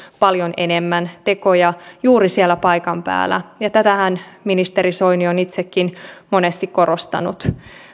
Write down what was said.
paljon enemmän tekoja juuri siellä paikan päällä ja tätähän ministeri soini on itsekin monesti korostanut